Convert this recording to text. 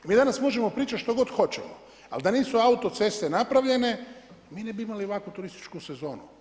Mi danas možemo pričati što god hoćemo, ali da nisu autoceste napravljene mi ne bi imali ovakvu turističku sezonu.